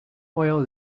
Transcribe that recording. oil